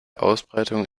ausbreitung